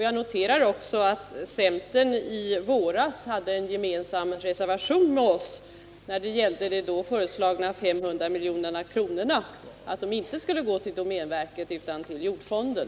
Jag noterar också att centern i våras hade en reservation gemensamt med oss om att de då föreslagna 500 miljonerna inte skulle gå till domänverket utan till jordfonden.